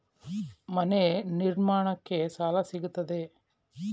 ಮನೆ ನಿರ್ಮಾಣಕ್ಕೆ ಸಾಲ ಸಿಗುತ್ತದೆಯೇ?